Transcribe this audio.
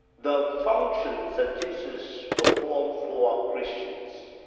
the functions that jesus performed for christians,